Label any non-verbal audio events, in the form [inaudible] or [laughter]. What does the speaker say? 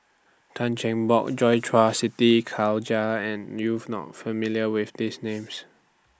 Tan Cheng Bock Joi Chua Siti Khalijah and [unintelligible] not familiar with These Names